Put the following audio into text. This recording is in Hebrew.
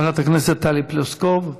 חברת הכנסת טלי פלוסקוב.